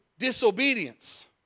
disobedience